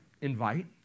invite